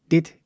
Dit